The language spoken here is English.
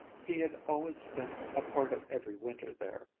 he had always spent a part of every winter there,